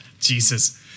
Jesus